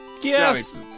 Yes